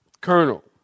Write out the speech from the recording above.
Colonel